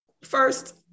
first